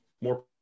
more